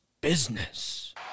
business